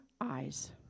eyes